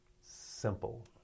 simple